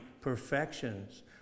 perfections